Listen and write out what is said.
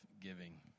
giving